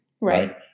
Right